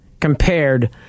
compared